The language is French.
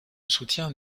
soutien